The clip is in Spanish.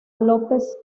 lópez